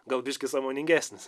gal biškį sąmoningesnis